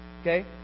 Okay